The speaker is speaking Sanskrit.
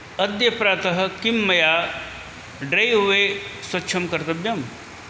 अद्य प्रातः किं मया ड्रैव् वे स्वच्छं कर्तव्यम्